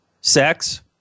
sex